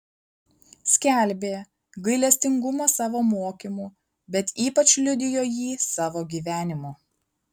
skelbė gailestingumą savo mokymu bet ypač liudijo jį savo gyvenimu